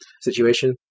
situation